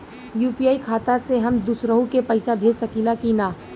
UPI खाता से हम दुसरहु के पैसा भेज सकीला की ना?